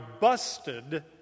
busted